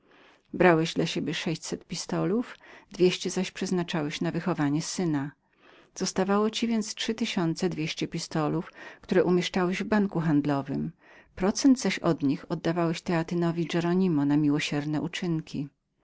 brałeś dla siebie sześćset pistolów dwieście zaś przeznaczałeś na wychowanie twego syna zostawało ci więc trzy tysiące dwieście pistolów które umieszczałeś na banku grimios procent zaś od nich oddawałeś teatynowi hieronimo na miłosierne